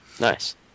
Nice